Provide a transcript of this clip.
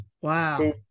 Wow